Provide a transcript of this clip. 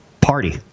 party